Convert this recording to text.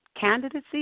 candidacy